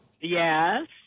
Yes